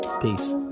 Peace